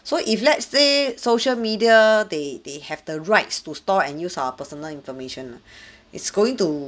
so if let's say social media they they have the rights to store and use our personal information ah it's going to